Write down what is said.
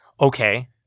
Okay